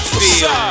feel